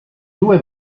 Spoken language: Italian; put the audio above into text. due